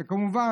וכמובן,